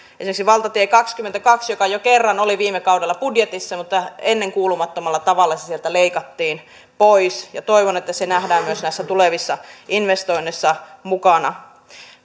esimerkiksi valtatie kaksikymmentäkaksi joka jo kerran oli viime kaudella budjetissa mutta ennenkuulumattomalla tavalla se sieltä leikattiin pois toivon että se nähdään myös näissä tulevissa investoinneissa mukana